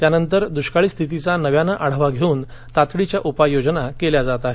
त्यानंतर दुष्काळी स्थितीचा नव्यानं आढावा धेऊन तातडीच्या उपाययोजना केल्या जात आहेत